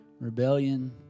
rebellion